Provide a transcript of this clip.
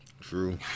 True